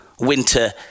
winter